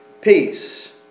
peace